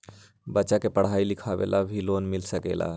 बच्चा के पढ़ाई लिखाई ला भी लोन मिल सकेला?